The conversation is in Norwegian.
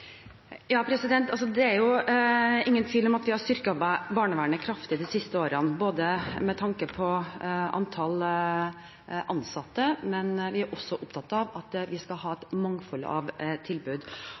Det er ingen tvil om at vi har styrket barnevernet kraftig de siste årene med tanke på antall ansatte. Men vi er også opptatt av at vi skal ha